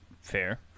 Fair